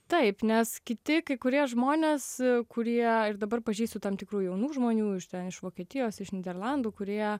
taip nes kiti kai kurie žmonės kurie ir dabar pažįstu tam tikrų jaunų žmonių iš ten iš vokietijos iš nyderlandų kurie